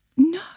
No